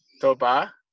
Toba